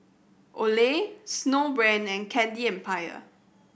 Olay Snowbrand and Candy Empire